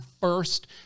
first